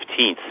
15th